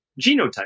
genotype